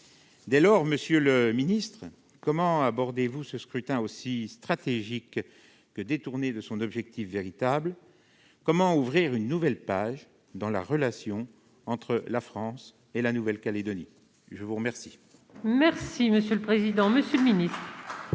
Dès lors, monsieur le ministre, comment abordez-vous ce scrutin aussi stratégique que détourné de son objectif véritable ? Comment ouvrir une nouvelle page dans la relation entre la France et la Nouvelle-Calédonie ? La parole est à M. le ministre. Monsieur le sénateur